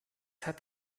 hat